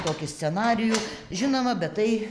tokį scenarijų žinoma bet tai